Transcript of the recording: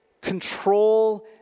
Control